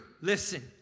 listen